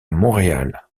montréal